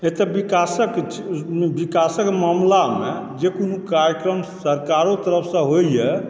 एतय विकासक विकासक मामलामे जे कोनो कार्यक्रम सरकारो तरफसँ होइए